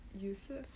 Yusuf